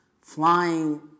flying